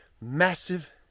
Massive